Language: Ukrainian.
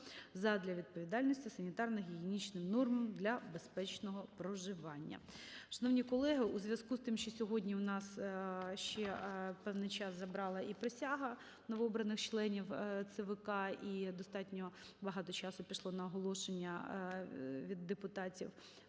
задля відповідності санітарно-гігієнічними нормам для безпечного проживання. Шановні колеги, у зв'язку з тим, що сьогодні у нас ще певний час забрала і присяга новообраних членів ЦВК і достатньо багато часу пішло на оголошення від депутатів